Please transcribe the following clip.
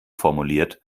formuliert